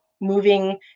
moving